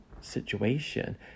situation